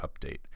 update